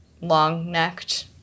long-necked